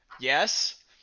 Yes